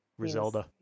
Rizelda